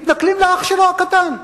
מתנכלים לאח שלו הקטן.